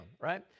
right